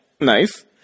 Nice